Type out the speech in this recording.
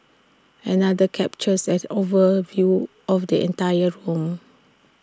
another captures as overview of the entire room